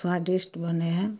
स्वादिष्ट बनै है